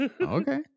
Okay